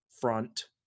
front